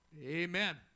Amen